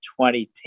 2010